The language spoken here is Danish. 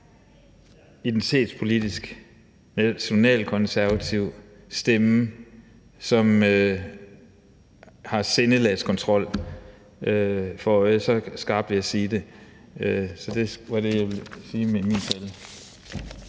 identitetspolitisk nationalkonservativ stemme, som har sindelagskontrol for øje. Så skarpt vil jeg sige det. Det var det, jeg ville sige i min tale.